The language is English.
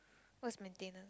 what's maintenance